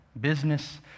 business